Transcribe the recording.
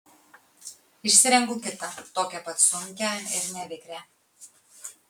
išsirenku kitą tokią pat sunkią ir nevikrią